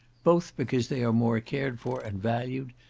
both because they are more cared for and valued,